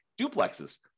duplexes